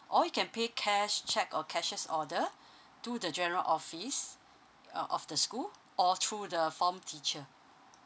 or you can pay cash cheque or cashier's order to the general office uh of the school or through the form teacher